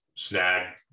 Snag